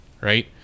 right